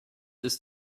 ist